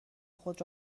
خود